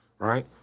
Right